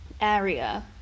area